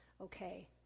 okay